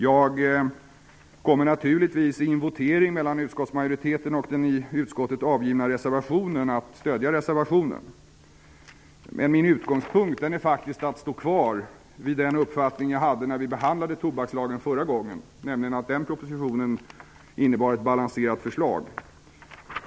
Jag kommer naturligtvis att i en votering mellan utskottsmajoritetens förslag och den i utskottet avgivna reservationen stödja reservationen. Men min utgångspunkt är faktiskt att stå kvar vid den uppfattning jag hade när vi behandlade tobakslagen förra gången, nämligen att den propositionen innebar ett balanserat förslag.